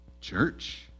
church